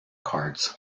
cards